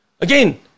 Again